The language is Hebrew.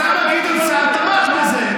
אז למה גדעון סער תמך בזה?